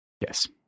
Yes